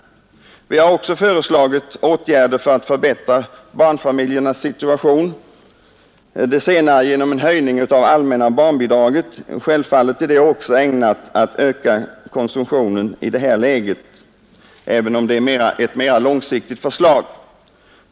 Vi har också föreslagit åtgärder för att förbättra barnfamiljernas situation genom en höjning av det allmänna barnbidraget. Självfallet är det också ägnat att öka konsumtionen i det här läget även om det är ett mer långsiktigt förslag.